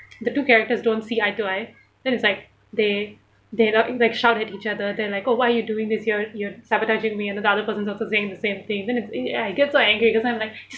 the two characters don't see eye to eye then it's like they they like shout at each other then like oh why you're doing this you're you're sabotaging me and the another person's also saying the same thing then it's I get so angry because I'm like